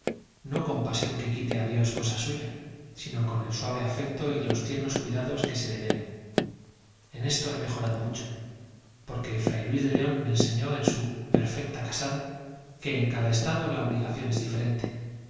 no con pasión que quite a dios cosa suya sino con el suave afecto y los tiernos cuidados que se le deben en esto he mejorado mucho porque fray luis de león me enseñó en su perfecta casada que en cada estado la obligación es diferente